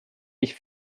ich